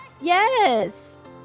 Yes